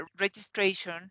registration